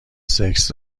سکس